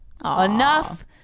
Enough